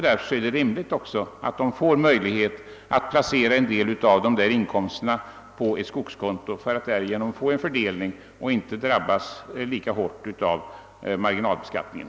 Därför är det rimligt att skogsägarna får möjlighet att placera en del av dessa inkomster på skogskonto, så att de inte drabbas alltför hårt av marginalskatten.